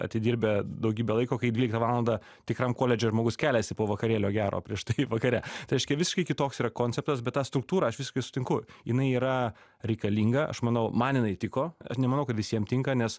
atidirbę daugybę laiko kai dvyliktą valandą tikram koledže žmogus keliasi po vakarėlio gero prieš vakare tai reiškia visiškai kitoks yra konceptas bet tą struktūrą aš visiškai sutinku jinai yra reikalinga aš manau man jinai tiko aš nemanau kad visiem tinka nes